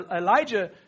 Elijah